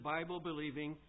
Bible-believing